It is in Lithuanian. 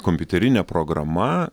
kompiuterine programa